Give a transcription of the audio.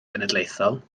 genedlaethol